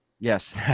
yes